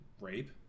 rape